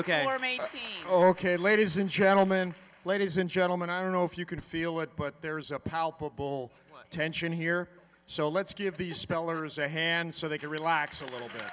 me ok ladies and gentlemen ladies and gentlemen i don't know if you can feel it but there's a power pole tension here so let's give these spellers a hand so they can relax a little bit